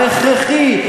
ההכרחי,